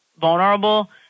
vulnerable